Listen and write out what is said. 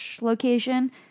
location